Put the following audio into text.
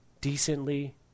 decently